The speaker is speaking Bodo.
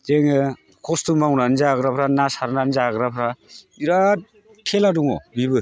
जोङो खस्थ'मावनानै जाग्राफ्रा ना सारनानै जाग्राफ्रा बिराद थेला दङ बिबो